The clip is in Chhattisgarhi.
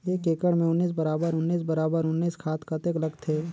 एक एकड़ मे उन्नीस बराबर उन्नीस बराबर उन्नीस खाद कतेक लगथे?